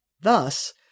Thus